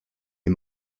est